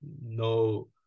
no